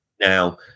now